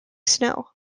snow